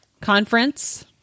conference